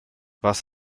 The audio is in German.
was